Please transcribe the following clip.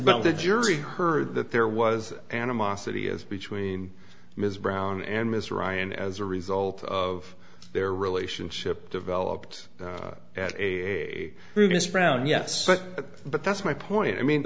ut the jury heard that there was animosity as between ms brown and ms ryan as a result of their relationship developed at a previous brown yes but that's my point i mean